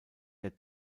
der